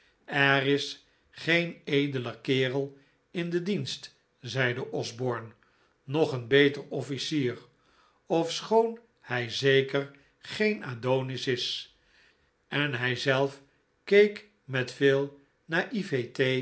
er is geen edeler kerel in den dienst zeide osborne noch een beter officier ofschoon hij zeker geen adonis is en hij zelf keek met veel naivete